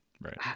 right